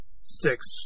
six